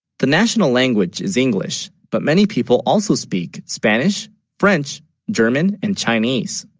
the national language is english but many people, also speak spanish french german and chinese